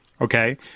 Okay